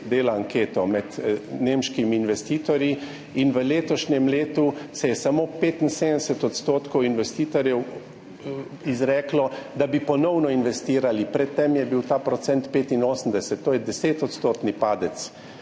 dela anketo med nemškimi investitorji in se je v letošnjem letu samo 75 % investitorjev izreklo, da bi ponovno investirali. Pred tem je bil ta procent 85. To je 10-odstotni padec.